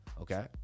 Okay